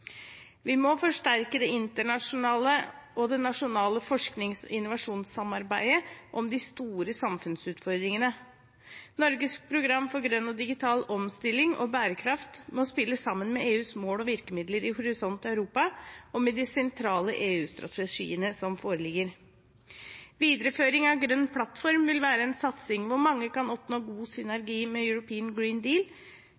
Vi må forsterke det internasjonale og det nasjonale forsknings- og innovasjonssamarbeidet om de store samfunnsutfordringene. Norges program for grønn og digital omstilling og bærekraft må spille sammen med EUs mål og virkemidler i Horisont Europa, og med de sentrale EU-strategiene som foreligger. Videreføring av «Grønn plattform» vil være en satsing hvor mange kan oppnå god